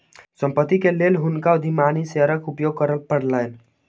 संपत्ति के लेल हुनका अधिमानी शेयरक उपयोग करय पड़लैन